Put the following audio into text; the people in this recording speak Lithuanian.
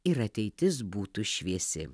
ir ateitis būtų šviesi